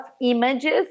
images